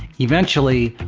eventually,